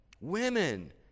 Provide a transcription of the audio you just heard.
Women